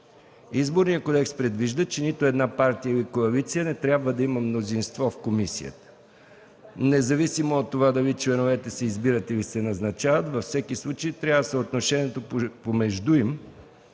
Изборният кодекс предвижда, че нито една партия или коалиция не трябва да има мнозинство в комисията. Независимо от това дали членовете се избират, или се назначават, във всеки случай трябва съотношението помежду им